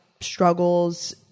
struggles